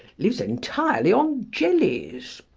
lives entirely on jellies.